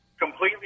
completely